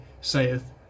saith